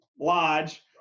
lodge